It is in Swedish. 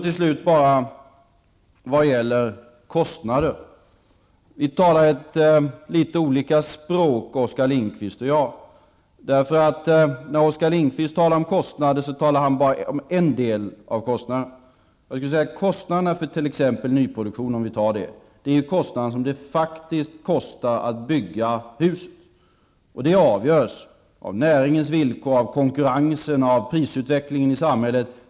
Till slut bara några ord om kostnader. Oskar Lindkvist och jag har något olika språkbruk. När Oskar Lindkvist talar om kostnader syftar han bara på en del av kostnaderna. Kostnaderna för t.ex. nyproduktion är det som det faktiskt kostar att bygga huset, och det avgörs av näringens villkor, av konkurrensen och av prisutvecklingen i samhället.